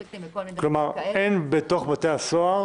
כלומר, אין בתוך בתי הסוהר